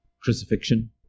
Crucifixion